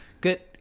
Good